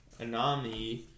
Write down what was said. Anami